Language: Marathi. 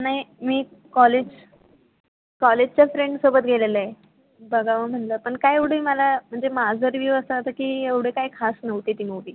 नाही मी कॉलेज कॉलेजच्या फ्रेंडसोबत गेलेले बघावं म्हणलं पण काय एवढी मला म्हणजे माझा रिव्ह्यू असा होता की एवढं काही खास नव्हती ती मुवी